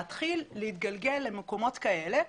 להתחיל להתגלגל למקומות כאלה,